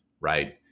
right